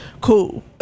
cool